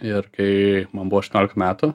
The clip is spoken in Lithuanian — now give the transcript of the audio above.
ir kai man buvo aštuoniolika metų